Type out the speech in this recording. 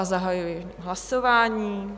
Zahajuji hlasování.